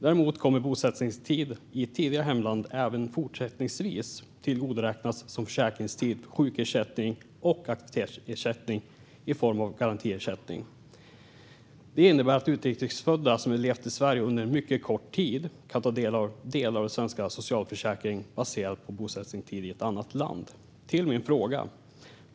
Däremot kommer bosättningstid i ett tidigare hemland även fortsättningsvis att tillgodoräknas som försäkringstid för sjukersättning och aktivitetsersättning i form av garantiersättning. Det innebär att utrikes födda som levt i Sverige mycket kort tid kan ta del av den svenska socialförsäkringen baserad på bosättningstid i ett annat land.